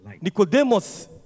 Nicodemus